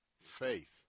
faith